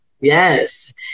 Yes